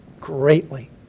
greatly